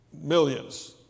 millions